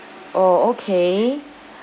orh okay